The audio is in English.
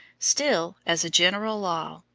still, as a general law,